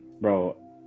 bro